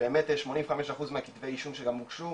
ובאמת 85 אחוז מהכתבי אישום שגם הוגשו,